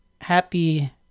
Happy